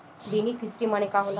Beneficiary मने का होला?